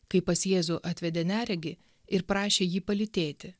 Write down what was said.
kai pas jėzų atvedė neregį ir prašė jį palytėti